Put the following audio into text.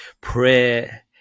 prayer